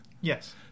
Yes